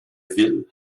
ville